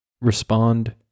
respond